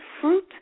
fruit